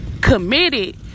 committed